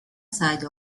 side